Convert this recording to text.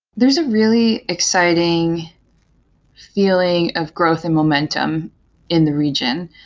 there's a really exciting feel ing of growth and momentum in the region,